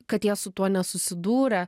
kad jie su tuo nesusidūrę